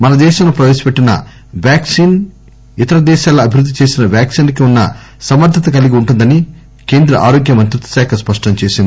మనదేశంలో ప్రపేశపెట్టిన వ్యాక్సిన్ ఇతర దేశాల్లో అభివృద్ది చేసిన వ్యాక్సిన్ కి వున్న సమర్గత కలిగి వుంటుందని కేంద్రమంత్రిత్వశాఖ స్పష్టంచేసింది